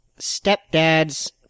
stepdad's